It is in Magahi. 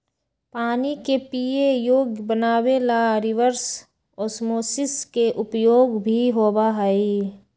पानी के पीये योग्य बनावे ला रिवर्स ओस्मोसिस के उपयोग भी होबा हई